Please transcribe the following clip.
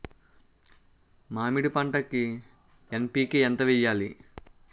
మామిడి పంటకి ఎన్.పీ.కే ఎంత వెయ్యాలి?